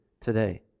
today